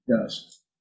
Yes